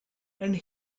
and